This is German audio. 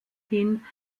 hin